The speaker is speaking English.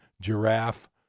giraffe